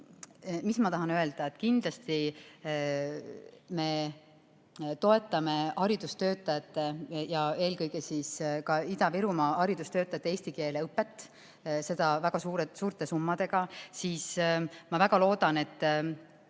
Ma tahan öelda, et kindlasti me toetame haridustöötajate ja eelkõige Ida-Virumaa haridustöötajate eesti keele õpet väga suurte summadega. Ma väga loodan, et